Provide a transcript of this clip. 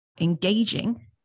engaging